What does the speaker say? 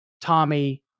Tommy